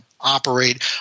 operate